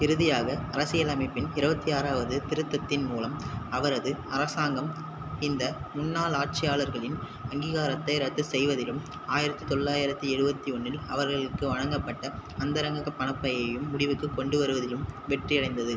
இறுதியாக அரசியலமைப்பின் இருபத்தி ஆறாவது திருத்தத்தின் மூலம் அவரது அரசாங்கம் இந்த முன்னாள் ஆட்சியாளர்களின் அங்கீகாரத்தை ரத்து செய்வதிலும் ஆயிரத்தி தொள்ளாயிரத்தி எழுபத்தி ஒன்றில் அவர்களுக்கு வழங்கப்பட்ட அந்தரங்க பணப்பையையும் முடிவுக்குக் கொண்டுவருவதிலும் வெற்றியடைந்தது